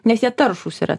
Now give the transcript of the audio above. nes jie taršūs yra